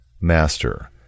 Master